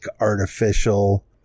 artificial